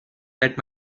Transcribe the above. that